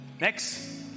next